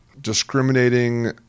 discriminating